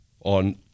on